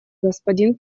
господин